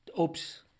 oops